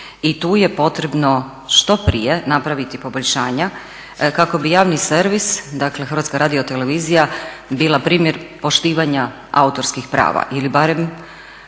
i tu je potrebno što prije napraviti poboljšanja kako bi javni servis dakle HRT bila primjer poštivanja autorskih prava ili barem